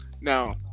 Now